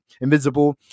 invisible